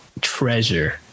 treasure